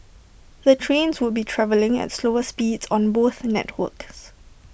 the trains would be travelling at slower speeds on both networks